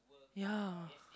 ya